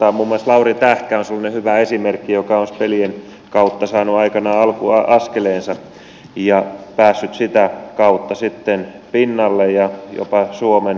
minun mielestäni lauri tähkä on semmoinen hyvä esimerkki joka on spelien kautta saanut aikanaan alkuaskeleensa ja päässyt sitä kautta sitten pinnalle ja jopa suomen huipulle